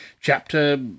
chapter